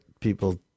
people